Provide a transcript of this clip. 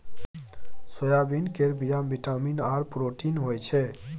soybean केर बीया मे बिटामिन आर प्रोटीन होई छै